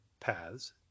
paths